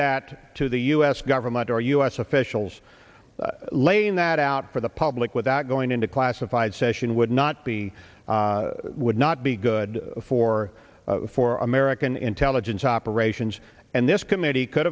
that to the u s government or u s officials laying that out for the public without going into classified session would not be would not be good for for american intelligence operations and this committee could